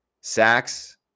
Sacks